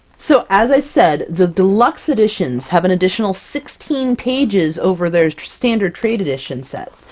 so as i said, the deluxe editions have an additional sixteen pages over their standard trade edition set.